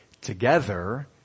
together